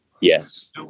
yes